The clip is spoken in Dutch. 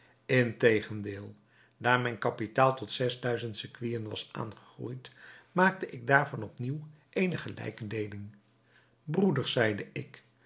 integendeel daar mijn kapitaal tot zes duizend sequinen was aangegroeid maakte ik daarvan op nieuw eene gelijke deeling broeders zeide ik